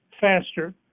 faster